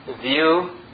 view